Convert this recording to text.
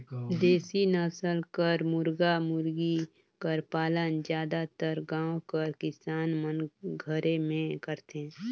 देसी नसल कर मुरगा मुरगी कर पालन जादातर गाँव कर किसान मन घरे में करथे